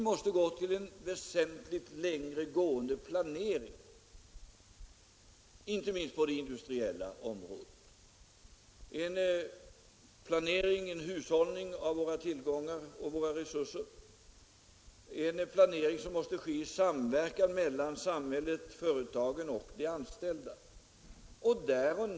Vi måste ha en väsentligt längre gående planering, inte minst på det industriella området — en hushållning med våra tillgångar och resurser, en planering som måste ske i samverkan mellan samhället, företagen och de anställda.